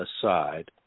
aside